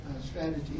strategy